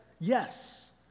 yes